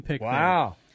Wow